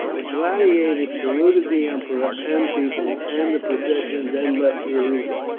the gladiators saluted the emperor and people, and the procession then left the arena,